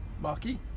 Marky